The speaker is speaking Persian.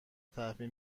تحویل